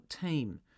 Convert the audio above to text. team